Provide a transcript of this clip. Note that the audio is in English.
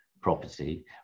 property